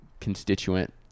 constituent